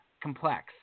complex